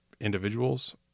Individuals